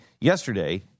yesterday